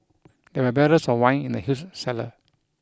there were barrels of wine in the huge cellar